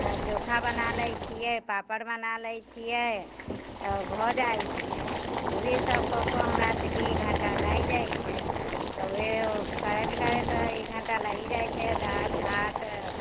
चोखा बना लैत छियै पापड़ बना लैत छियै तऽ भऽ जाइत छै तऽ उएहसभ कऽ कऽ हमरासभके एक घंटा लागि जाइत छै तऽ उएह करैत करैत एक घंटा लागि जाइत छै दालि भात